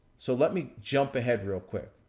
so let me jump ahead real quick,